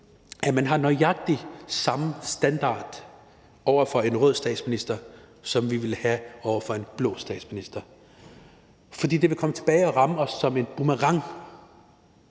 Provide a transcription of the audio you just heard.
at man har nøjagtig samme standard over for en rød statsminister, som vi ville have over for en blå statsminister, for ellers vil det komme tilbage og ramme os som en boomerang,